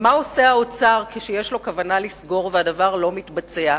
ומה עושה האוצר כשיש לו כוונה לסגור והדבר לא מתבצע?